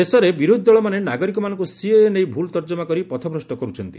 ଦେଶରେ ବିରୋଧ ଦଳମାନେ ନାଗରିକମାନଙ୍ଙୁ ସିଏଏ ନେଇ ଭୁଲ୍ ତର୍ଜମା କରି ପଥଭ୍ରଷ୍ କରୁଛନ୍ତି